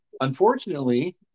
unfortunately